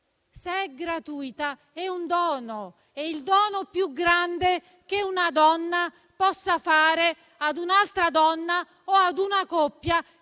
Se è gratuita, è un dono, il dono più grande che una donna possa fare ad un'altra donna o ad una coppia